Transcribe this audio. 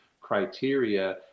criteria